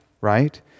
right